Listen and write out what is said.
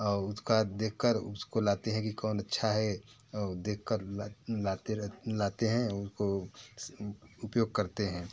और उसका देखकर उसको लाते है कि कौन अच्छा है देखकर लाते रहते हैं लाते हैं उनका उपयोग करते हैं